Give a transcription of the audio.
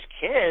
kids